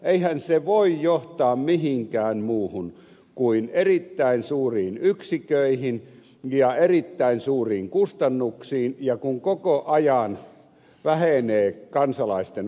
eihän se voi johtaa mihinkään muuhun kuin erittäin suuriin yksiköihin ja erittäin suuriin kustannuksiin ja koko ajan vähenee kansalaisten ostovoima